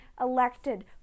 elected